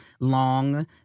long